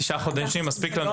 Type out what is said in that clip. תשעה חודשים מספיק לנו.